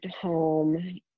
home